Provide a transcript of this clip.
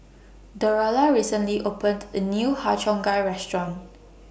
Derola recently opened A New Har Cheong Gai Restaurant